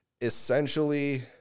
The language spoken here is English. essentially